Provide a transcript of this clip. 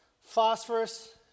phosphorus